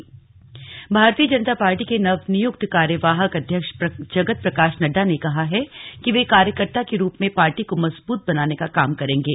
भाजपा अध्यक्ष भारतीय जनता पार्टी के नवनियुक्त कार्यवाहक अध्यक्ष जगत प्रकाश नड्डा ने कहा है कि वे कार्यकर्ता के रूप में पार्टी को मजबूत बनाने का काम करेंगे